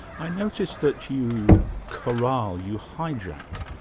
i notice that you corral, you hijack,